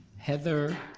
heather,